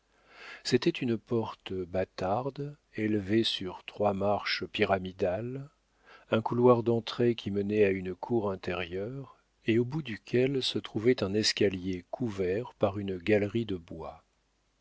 c'était une porte bâtarde élevée sur trois marches pyramidales un couloir d'entrée qui menait à une cour intérieure et au bout duquel se trouvait un escalier couvert par une galerie de bois